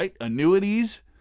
annuities